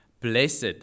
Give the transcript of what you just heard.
Blessed